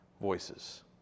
voices